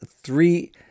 three